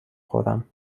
خورم